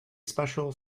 special